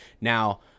now